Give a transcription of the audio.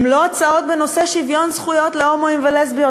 הן לא הצעות בנושא שוויון זכויות להומואים ולסביות,